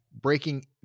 breaking